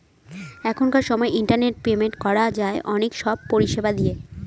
এখনকার সময় internet payment করা যায় অনেক সব পরিষেবা দিয়ে